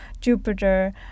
Jupiter